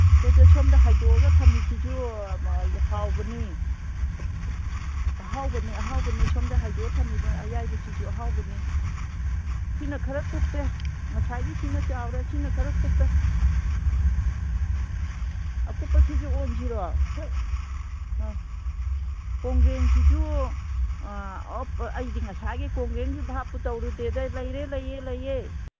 ꯁꯦ ꯁꯦ ꯁꯣꯝꯗ ꯍꯥꯏꯗꯣꯛꯑꯒ ꯊꯝꯃꯤꯁꯤꯁꯨ ꯍꯥꯎꯕꯅꯤ ꯑꯍꯥꯎꯕꯅꯤ ꯑꯍꯥꯎꯕꯅꯤ ꯁꯣꯝꯗ ꯍꯥꯏꯗꯣꯛꯑ ꯊꯝꯃꯤꯕ ꯑꯌꯥꯏꯕꯁꯤꯁꯨ ꯑꯍꯥꯎꯕꯅꯤ ꯁꯤꯅ ꯈꯔ ꯀꯨꯞꯄꯦ ꯉꯁꯥꯏꯒꯤꯁꯤꯅ ꯆꯥꯎꯔꯦ ꯁꯤꯅ ꯈꯔ ꯀꯨꯞꯄꯦ ꯎꯝ ꯑꯀꯨꯞꯄꯁꯤꯁꯨ ꯑꯣꯟꯁꯤꯔꯣ ꯀꯣꯡꯒ꯭ꯔꯦꯡꯁꯤꯁꯨ ꯑꯩꯗꯤ ꯉꯁꯥꯏꯒꯤ ꯀꯣꯡꯒ꯭ꯔꯦꯡꯒꯤ ꯚꯥꯞꯄꯨ ꯇꯧꯔꯨꯗꯦꯗ ꯂꯩꯌꯦ ꯂꯩꯌꯦ ꯂꯩꯌꯦ